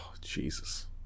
Jesus